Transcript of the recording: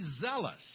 zealous